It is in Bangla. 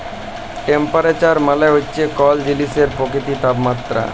টেম্পারেচার মালে হছে কল জিলিসের বা পকিতির তাপমাত্রা